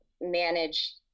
manage